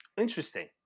Interesting